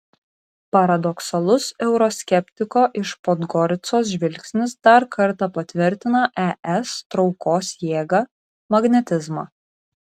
paradoksalus euroskeptiko iš podgoricos žvilgsnis dar kartą patvirtina es traukos jėgą magnetizmą